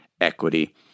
equity